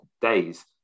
days